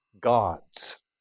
gods